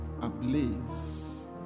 ablaze